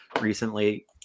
recently